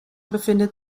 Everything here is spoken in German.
befindet